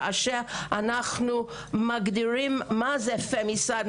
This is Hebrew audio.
כאשר אנחנו מגדירים מה זה פמיסייד,